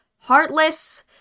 heartless